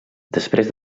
després